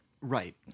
Right